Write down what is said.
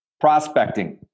prospecting